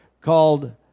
called